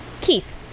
Keith